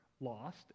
lost